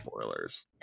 Spoilers